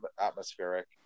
atmospheric